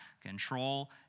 control